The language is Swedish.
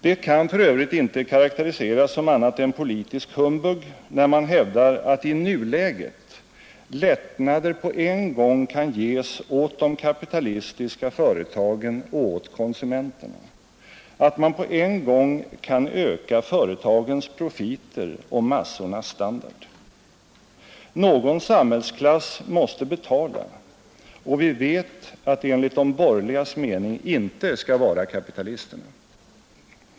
Det kan för övrigt inte karakteriseras som annat än politisk humbug när man hävdar att i nuläget lättnader på en gång kan ges åt de kapitalistiska företagen och åt konsumenterna, att man på en gång kan öka företagens profiter och massornas standard. Någon samhällsklass måste betala, och vi vet att det enligt de borgerligas mening inte skall vara kapitalisterna.